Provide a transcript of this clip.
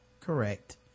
correct